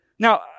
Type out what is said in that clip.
Now